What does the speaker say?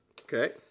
Okay